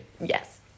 yes